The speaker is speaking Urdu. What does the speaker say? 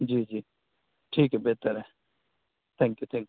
جی جی ٹھیک ہے بہتر ہے تھینک یو تھینک یو